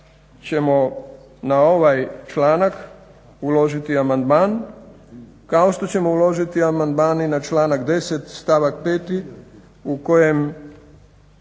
ćemo na ovaj članak uložiti amandman kao što ćemo uložiti amandman i na članak 10. stavak 5. u kojem